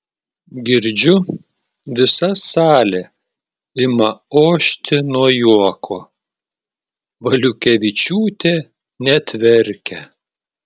girdžiu visa salė ima ošti nuo juoko valiukevičiūtė net verkia